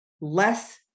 Less